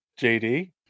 JD